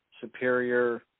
superior